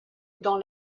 dans